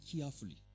carefully